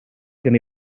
gen